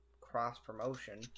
cross-promotion